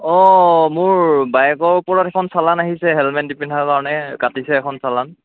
অঁ মোৰ বায়েকৰ ওপৰত এখন চালান আহিছে হেলমেট নিপিন্ধাৰ কাৰণে কাটিছে এখন চালান